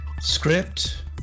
Script